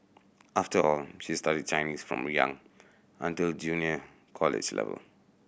after all she studied Chinese from young until junior college level